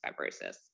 fibrosis